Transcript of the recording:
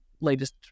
latest